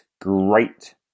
Great